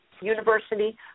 University